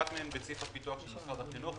אחת מהן בסעיף הפיתוח של משרד החינוך,